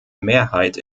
mehrheit